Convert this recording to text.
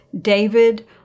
David